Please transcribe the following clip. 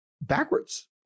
backwards